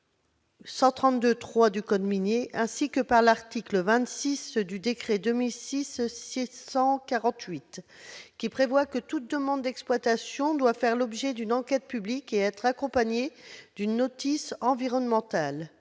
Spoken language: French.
par l'article L. 132-3 du code minier, ainsi que par l'article 26 du décret n° 2006-648, qui prévoit que « toute demande d'exploitation doit faire l'objet d'une enquête publique et être accompagnée d'une notice environnementale